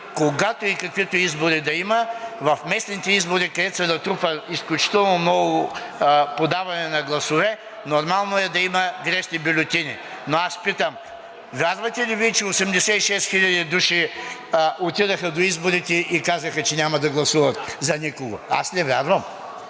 когато и каквито избори да има, в местните избори, където се натрупа изключително много подаване на гласове, нормално е да има грешни бюлетини. Но аз питам: вярвате ли Вие, че 86 хил. души отидоха до изборите и казаха, че няма да гласуват за никого? Аз не вярвам.